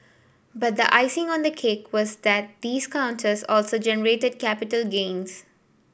but the icing on the cake was that these counters also generated capital gains